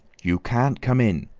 you can't come in,